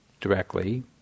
directly